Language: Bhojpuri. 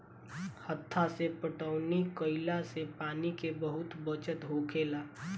हत्था से पटौनी कईला से पानी के बहुत बचत होखेला